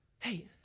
hey